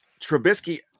Trubisky